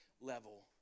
level